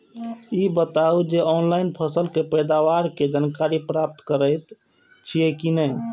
ई बताउ जे ऑनलाइन फसल के पैदावार के जानकारी प्राप्त करेत छिए की नेय?